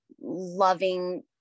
loving